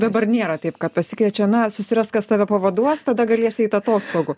dabar nėra taip kad pasikviečia na susiras kas tave pavaduos tada galės eit atostogų